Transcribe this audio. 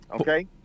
okay